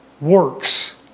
works